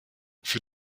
für